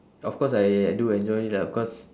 of course I I do enjoy it lah because